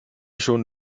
schon